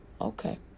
Okay